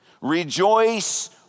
Rejoice